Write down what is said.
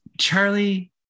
Charlie